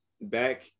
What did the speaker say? back